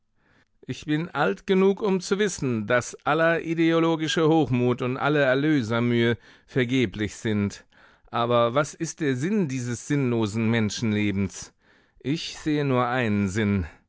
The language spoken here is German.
ich bin alt genug um zu wissen daß aller ideologische hochmut und alle erlösermühe vergeblich sind aber was ist der sinn dieses sinnlosen menschenlebens ich sehe nur einen sinn